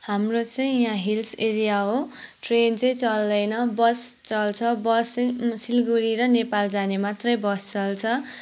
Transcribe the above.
हाम्रो चाहिँ यहाँ हिल्स एरिया हो ट्रेन चाहिँ चल्दैन बस चल्छ बस चाहिँ सिलगढी र नेपाल जाने मात्रै बस चल्छ